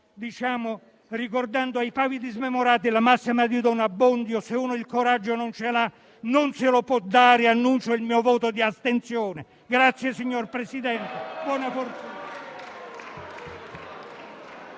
ricordando ai pavidi smemorati la massima di Don Abbondio, per cui se uno il coraggio non ce l'ha, non se lo può dare, e annuncio il mio voto di astensione. Grazie, signor Presidente, e buona fortuna.